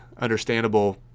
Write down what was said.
understandable